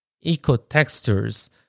eco-textures